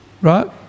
right